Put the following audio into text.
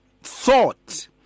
thought